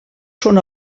són